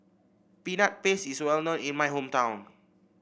Peanut Paste is well known in my hometown